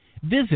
Visit